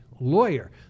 lawyer